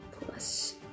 Plus